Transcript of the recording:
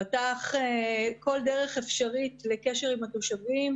הוא פתח כל דרך אפשרית לקשר עם התושבים,